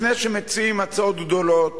לפני שמציעים הצעות גדולות,